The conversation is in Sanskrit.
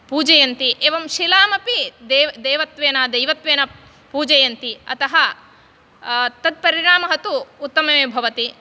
पूजयन्ति एवं शिलामपि देवत्वेन दैवत्वेन पूजयन्ति अतः तत्परिणामः तु उत्तममेव भवति